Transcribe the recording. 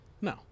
No